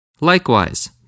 Likewise